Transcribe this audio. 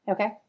Okay